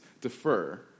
defer